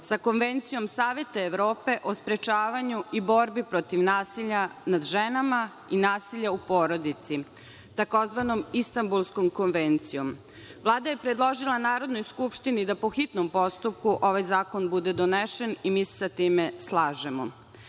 sa Konvencijom Saveta Evrope o sprečavanju i borbi protiv nasilja nad ženama i nasilja u porodici, tzv. Istambulskom konvencijom. Vlada je predložila Narodnoj skupštini da po hitnom postupku ovaj zakon bude donesen i mi se sa time slažemo. Na